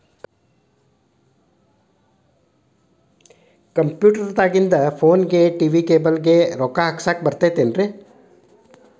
Computer ದಾಗಿಂದ್ ಫೋನ್ಗೆ, TV cable ಗೆ, ರೊಕ್ಕಾ ಹಾಕಸಾಕ್ ಬರತೈತೇನ್ರೇ?